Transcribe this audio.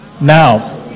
Now